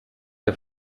der